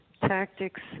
tactics